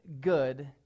good